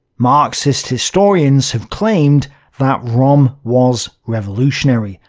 marxist historians have claimed that rohm was revolutionary,